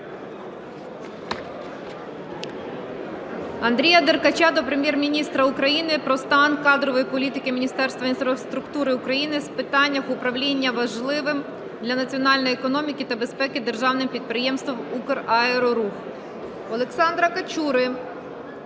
Андрія Д еркача до Прем'єр-міністра України про стан кадрової політики Міністерства інфраструктури України в питаннях управління важливим для національної економіки та безпеки державним підприємством Украерорух. Олександра Качури